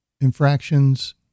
infractions